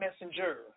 messenger